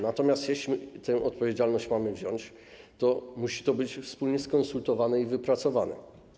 Natomiast jeśli tę odpowiedzialność mamy wziąć, to musi to być wspólnie skonsultowane i wypracowane.